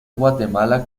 guatemala